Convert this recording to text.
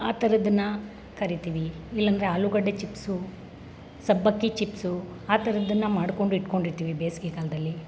ಆ ಥರದ್ದನ್ನ ಕರಿತೀವಿ ಇಲ್ಲಾಂದ್ರೆ ಆಲೂಗಡ್ಡೆ ಚಿಪ್ಸು ಸಬ್ಬಕ್ಕಿ ಚಿಪ್ಸು ಆ ಥರದ್ದನ್ನು ಮಾಡ್ಕೊಂಡಿಟ್ಕೊಂಡಿರ್ತೀವಿ ಬೇಸಿಗೆ ಕಾಲದಲ್ಲಿ